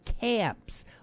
camps